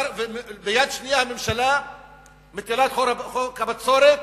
וביד שנייה הממשלה מטילה את חוק הבצורת